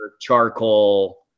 charcoal